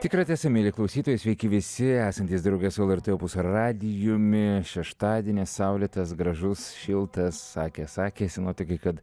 tikra tiesa mieli klausytojai sveiki visi esantys drauge su lrt opus radijumi šeštadienis saulėtas gražus šiltas sakė sakė sinoptikai kad